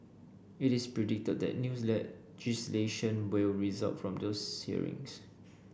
it is predicted that news legislation will result from these hearings